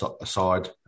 aside